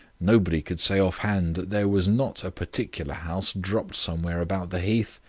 nobody could say off-hand that there was not a particular house dropped somewhere about the heath.